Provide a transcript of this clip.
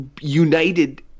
united